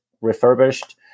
refurbished